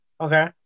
Okay